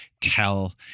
tell